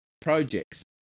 projects